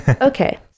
okay